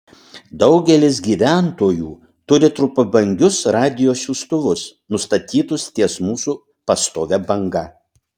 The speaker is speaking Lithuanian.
daugelis gyventojų turi trumpabangius radijo siųstuvus nustatytus ties mūsų pastovia banga